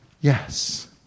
Yes